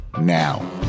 now